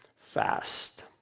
fast